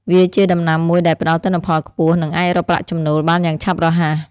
វាជាដំណាំមួយដែលផ្តល់ទិន្នផលខ្ពស់ និងអាចរកប្រាក់ចំណូលបានយ៉ាងឆាប់រហ័ស។